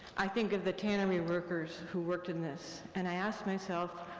i think of the tannery workers who worked in this, and i ask myself,